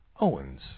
Owens